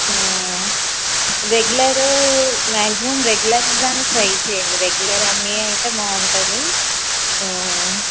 regular maximum regular దానికి try చెయ్యండి regular ఎమే అయితే బాగుంటుంది